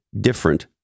different